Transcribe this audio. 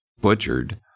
butchered